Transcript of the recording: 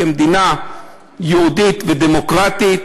מדינה יהודית ודמוקרטית,